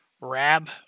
Rab